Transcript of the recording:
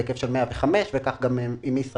אז הבעלים צריכים להנפיק הון מניות של 105 וכך גם עם ישראייר.